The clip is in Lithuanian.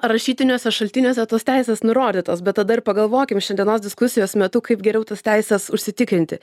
rašytiniuose šaltiniuose tos teisės nurodytos bet tada ir pagalvokim šiandienos diskusijos metu kaip geriau tas teises užsitikrinti